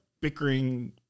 bickering